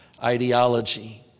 ideology